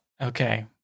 Okay